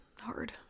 hard